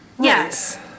Yes